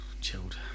Chilled